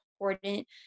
important